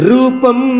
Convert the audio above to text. Rupam